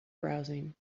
browsing